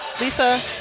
Lisa